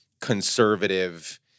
conservative